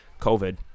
covid